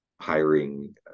hiring